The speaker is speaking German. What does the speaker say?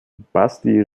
basti